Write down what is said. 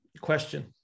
question